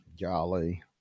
golly